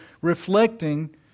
reflecting